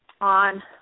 on